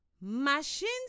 Machines